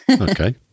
okay